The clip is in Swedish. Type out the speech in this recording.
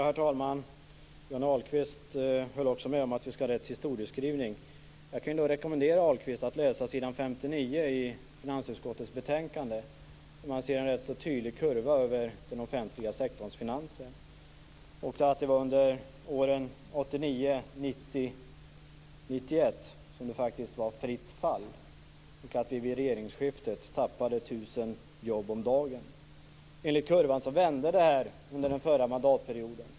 Herr talman! Johnny Ahlqvist höll med om att vi skall ha rätt historieskrivning. Då kan jag rekommendera Johnny Ahlqvist att läsa s. 59 i finansutskottets betänkande. Där kan man se en ganska tydlig kurva över den offentliga sektorns finanser och att det var under åren 1989, 1990 och 1991 som det faktiskt var fritt fall. Vid regeringsskiftet tappade vi 1 000 jobb om dagen. Enligt kurvan vände detta under den förra mandatperioden.